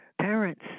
parents